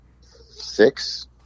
Six